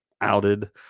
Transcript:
outed